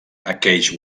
aqueix